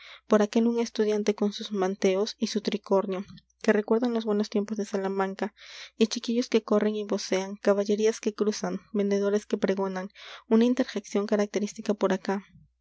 por aquel un estudiante con sus manteos y su tricornio que recuerdan los buenos tiempos de salamanca y chiquillos que corren y vocean caballerías que cruzan vendedores que pregonan una interjección característica por acá